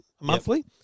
monthly